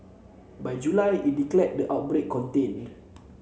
by July it declared the outbreak contained